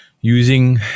using